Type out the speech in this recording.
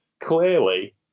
Clearly